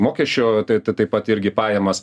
mokesčio tai tai pat irgi pajamas